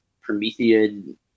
Promethean